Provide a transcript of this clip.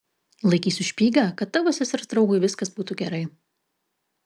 laikysiu špygą kad tavo sesers draugui viskas būtų gerai